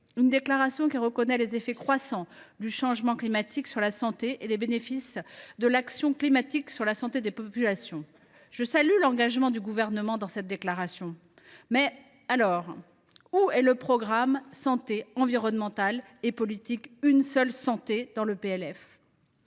une déclaration qui reconnaît les effets croissants du changement climatique sur la santé et les bénéfices de l’action climatique sur la santé des populations. Je salue l’engagement du Gouvernement sur ce point. Mais alors, où est le programme « Santé environnementale et politique “Une seule santé” » dans ce PLF ?